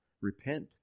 Repent